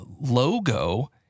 logo